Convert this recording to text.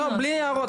לא, בלי הערות.